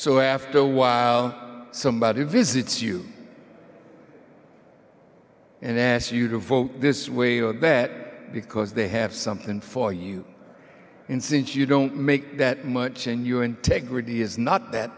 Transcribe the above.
so after a while somebody visits you and then ask you to vote this way or that because they have something for you and since you don't make that much in your integrity is not that